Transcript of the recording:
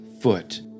foot